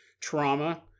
Trauma